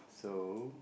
so